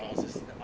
or assistant